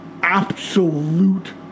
absolute